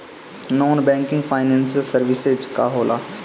Non banking financial services का होला?